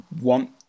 want